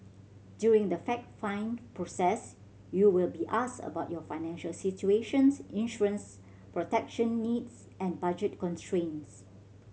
during the fact find process you will be asked about your financial situations insurances protection needs and budget constraints